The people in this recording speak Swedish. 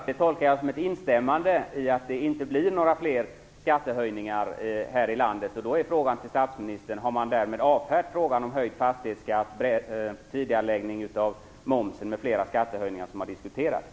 Herr talman! Det gläder mig att höra. Det tolkar jag som ett instämmande i att det inte blir några fler skattehöjningar här i landet. Då är frågan till statsministern: Har man därmed avfärdat frågan om höjd fastighetsskatt, tidigareläggning av momsen och övriga skattehöjningar som har diskuterats?